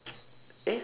eh